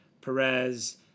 Perez